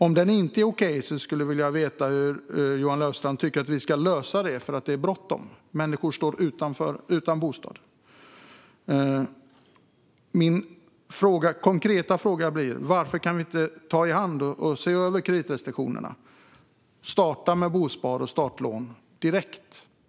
Om den inte är okej skulle jag vilja veta hur Johan Löfstrand tycker att vi ska lösa det, för det är bråttom. Människor står utan bostad. Min konkreta fråga blir: Varför kan vi inte ta i hand och se över kreditrestriktionerna och starta med bospar och startlån direkt?